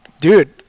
Dude